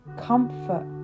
Comfort